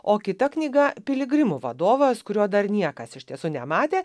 o kita knyga piligrimų vadovas kurio dar niekas iš tiesų nematė